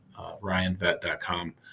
RyanVet.com